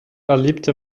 erlebte